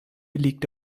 liegt